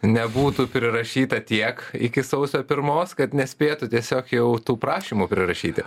nebūtų prirašyta tiek iki sausio pirmos kad nespėtų tiesiog jau tų prašymų prirašyti